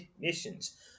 missions